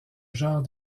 genre